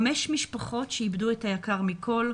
חמש משפחות שאיבדו את היקר מכול: